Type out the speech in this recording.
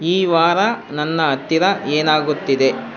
ಈ ವಾರ ನನ್ನ ಹತ್ತಿರ ಏನಾಗುತ್ತಿದೆ